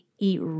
eat